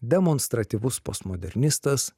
demonstratyvus postmodernistas